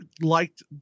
liked –